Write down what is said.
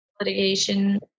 litigation